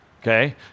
Okay